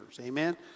Amen